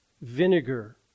Vinegar